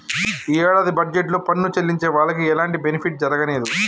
యీ యేడాది బడ్జెట్ లో పన్ను చెల్లించే వాళ్లకి ఎలాంటి బెనిఫిట్ జరగనేదు